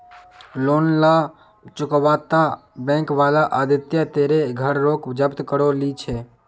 loan ना चुकावाता bank वाला आदित्य तेरे घर रोक जब्त करो ली छे